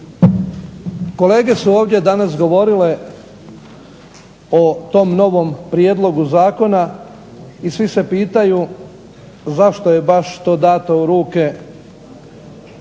Kolege su ovdje danas govorile o tom novom prijedlogu zakona i svi se pitaju zašto je baš to dato u ruke